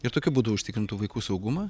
ir tokiu būdu užtikrintų vaikų saugumą